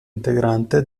integrante